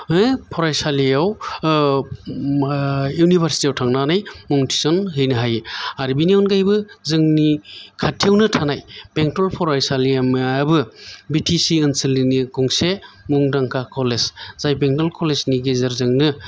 फरायसालियाव इउनिभारसिटि याव थांनानै मुं थिसनहैनो हायो आरो बेनि अनगायैबो जोंनि खाथियावनो थानाय बेंटल फरायसालिमायाबो बि टि सि ओनसोलनिनो गंसे मुंदांखा कलेज जाय बेंटल कलेज नि गेजेरजोंनो